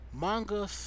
manga